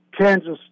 Kansas